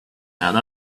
and